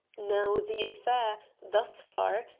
now the affair, thus far,